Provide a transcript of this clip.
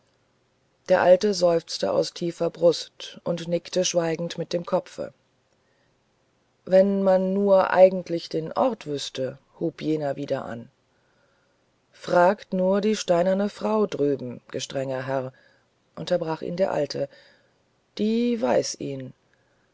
der alte seufzte aus tiefer brust und nickte schweigend mit dem kopfe wenn man nur eigentlich den ort wüßte hub jener wieder an frage nur die steinerne frau drüben gestrenger herr unterbrach ihn der alte die weiß ihn